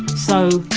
so,